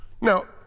Now